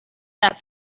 that